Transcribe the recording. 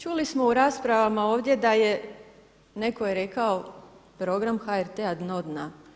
Čuli smo u raspravama ovdje da je, netko je rekao, Program HRT-a dno dna.